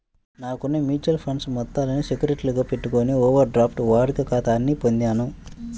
నాకున్న mutual funds మొత్తాలను సెక్యూరిటీలుగా పెట్టుకొని ఓవర్ డ్రాఫ్ట్ వాడుక ఖాతాని పొందాను